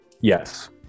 Yes